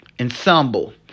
Ensemble